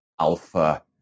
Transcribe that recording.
alpha